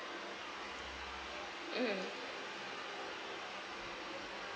mm